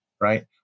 right